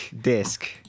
disc